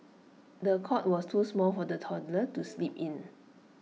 the cot was too small for the toddler to sleep in